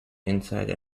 inside